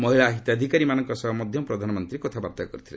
ମହିଳା ହିତାଧିକାରୀଙ୍କ ସହ ମଧ୍ୟ ପ୍ରଧାନମନ୍ତ୍ରୀ କଥାବାର୍ତ୍ତା କରିଥିଲେ